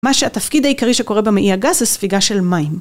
מה שהתפקיד העיקרי שקורה במעי הגס זה ספיגה של מים.